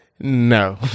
no